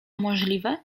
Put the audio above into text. możliwe